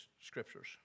scriptures